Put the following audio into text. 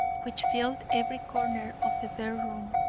which filled every corner of the bare room,